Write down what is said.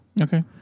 Okay